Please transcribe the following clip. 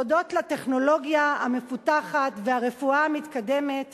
תודות לטכנולוגיה המפותחת והרפואה המתקדמת